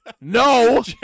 No